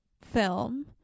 film